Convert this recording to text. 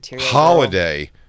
holiday